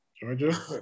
Georgia